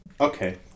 Okay